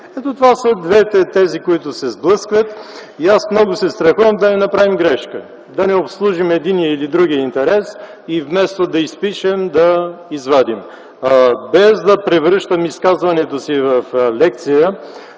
Това са двете тези, които се сблъскват. Много се страхувам да не направим грешка, да не обслужим единия или другия интерес и вместо да „изпишем”, да „извадим”. Без да превръщам изказването си в лекция,